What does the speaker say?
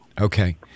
Okay